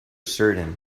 certain